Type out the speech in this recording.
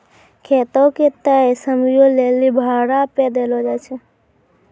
खेतो के तय समयो लेली भाड़ा पे देलो जाय छै